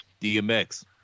DMX